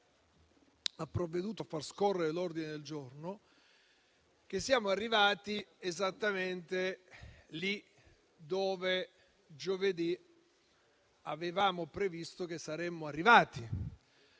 ha provveduto a far scorrere l'ordine del giorno, che siamo arrivati esattamente lì dove giovedì avevamo previsto che saremmo arrivati.